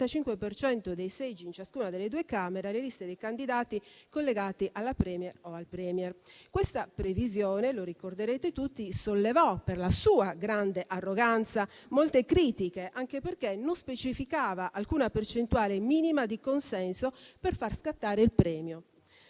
per cento dei seggi in ciascuna delle due Camere alle liste dei candidati collegati alla o al *Premier*. Questa previsione, lo ricorderete tutti, sollevò per la sua grande arroganza molte critiche, anche perché non specificava alcuna percentuale minima di consenso per far scattare il premio.